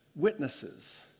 witnesses